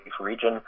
region